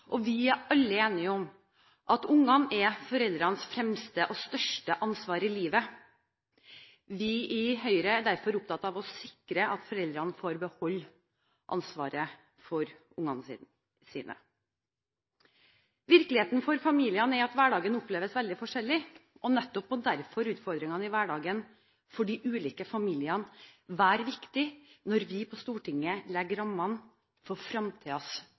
og vi er alle enige om at ungene er foreldrenes fremste og største ansvar i livet. Vi i Høyre er derfor opptatt av å sikre at foreldrene får beholde ansvaret for ungene sine. Virkeligheten for familiene er at hverdagen oppleves veldig forskjellig. Nettopp derfor må utfordringene i hverdagen for de ulike familiene være viktig når vi på Stortinget legger rammene for